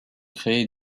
créé